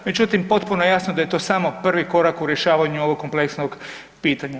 Međutim, potpuno je jasno da je to samo prvi korak u rješavanju ovog kompleksnog pitanja.